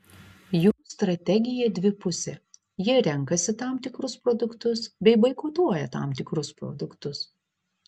jų strategija dvipusė jie renkasi tam tikrus produktus bei boikotuoja tam tikrus produktus